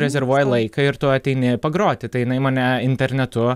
rezervuoji laiką ir tu ateini pagroti tai jinai mane internetu